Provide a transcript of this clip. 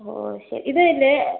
ഓ ശരി ഇത് ഇല്ലേ